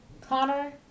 Connor